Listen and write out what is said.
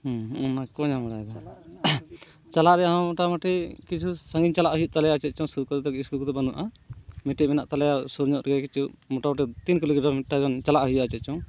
ᱦᱮᱸ ᱚᱱᱟ ᱠᱚ ᱧᱟᱢ ᱵᱟᱲᱟᱭᱫᱟ ᱪᱟᱞᱟᱜ ᱨᱮᱭᱟᱜ ᱦᱚᱸ ᱢᱚᱴᱟᱢᱩᱴᱤ ᱠᱤᱪᱷᱩ ᱥᱟᱺᱜᱤᱧ ᱪᱟᱞᱟᱜ ᱦᱩᱭᱩᱜ ᱛᱟᱞᱮᱭᱟ ᱪᱮᱫ ᱪᱚᱝ ᱥᱟᱭᱠᱮᱞ ᱛᱮᱜᱮ ᱤᱥᱠᱩᱞ ᱠᱚᱫᱚ ᱵᱟᱹᱱᱩᱜᱼᱟ ᱢᱤᱫᱴᱮᱡ ᱢᱮᱱᱟᱜ ᱛᱟᱞᱮᱭᱟ ᱥᱩᱨ ᱧᱚᱜ ᱨᱮᱜᱮ ᱠᱤᱪᱷᱩ ᱢᱚᱴᱟᱢᱩᱴᱤ ᱛᱤᱱ ᱠᱤᱞᱳᱢᱤᱴᱟᱨ ᱜᱟᱱ ᱪᱟᱞᱟᱜ ᱦᱩᱭᱩᱜᱼᱟ ᱪᱮᱫ ᱪᱚᱝ